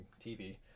tv